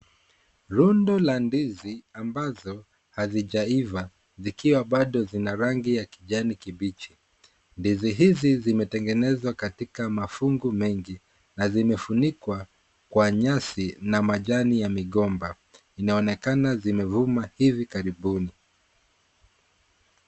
Rundo la ndizi ambazo hazijaiva zikiwa bado zina rangi ya kijani kibichi ndizi hizi zimetengenezwa katika mafungu mengi na zimefunikwa kwa nyasi na majani ya migomba inaonekana zimevuma hivi karibuni.